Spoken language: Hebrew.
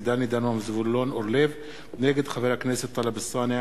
דני דנון וזבולון אורלב נגד חבר הכנסת טלב אלסאנע.